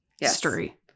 History